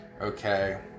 okay